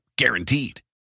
Guaranteed